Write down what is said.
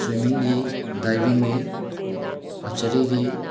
ꯁ꯭ꯋꯦꯃꯤꯡꯒꯤ ꯗꯥꯏꯕꯤꯡꯒꯤ ꯑꯥꯔꯆꯔꯤꯒꯤ